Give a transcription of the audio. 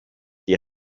die